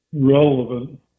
relevant